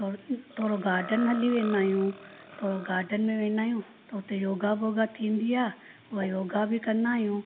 थोरो गार्डन हली वेंदा आहियूं थोरो गार्डन में वेंदा आहियूं उते योगा वोगा थींदी आहे उहे योगा बि कंदा आहियूं